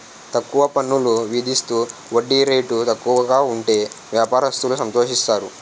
తక్కువ పన్నులు విధిస్తూ వడ్డీ రేటు తక్కువ ఉంటే వ్యాపారస్తులు సంతోషిస్తారు